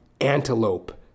Antelope